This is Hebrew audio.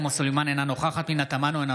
אינו נוכח עאידה תומא סלימאן,